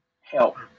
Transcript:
help